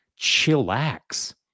chillax